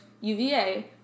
UVA